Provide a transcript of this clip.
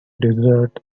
desert